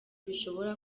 bishobora